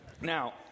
Now